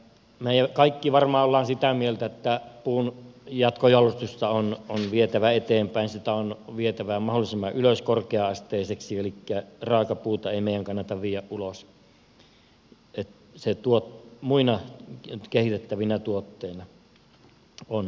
me kaikki varmaan olemme sitä mieltä että puun jatkojalostusta on vietävä eteenpäin sitä on vietävä mahdollisimman ylös korkea asteiseksi elikkä raakapuuta ei meidän kannata viedä ulos jos sitä muiksi tuotteiksi on mahdollista kehittää